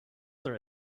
there